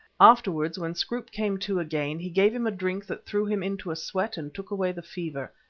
afterwards, when scroope came to again, he gave him a drink that threw him into a sweat and took away the fever.